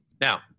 Now